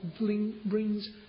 brings